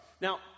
Now